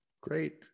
Great